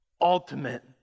ultimate